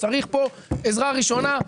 צריך פה עזרה ראשונה,